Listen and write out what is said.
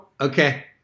okay